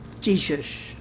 Jesus